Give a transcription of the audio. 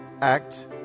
act